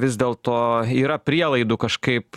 vis dėlto yra prielaidų kažkaip